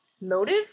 motive